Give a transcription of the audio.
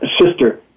sister